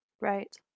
Right